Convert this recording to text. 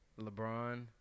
LeBron